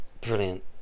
brilliant